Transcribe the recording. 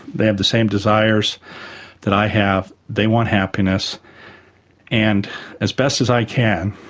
they have the same desires that i have, they want happiness and as best as i can